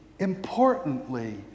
importantly